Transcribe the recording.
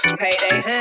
payday